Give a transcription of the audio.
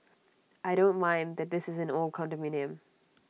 I don't mind that this is an old condominium